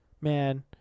man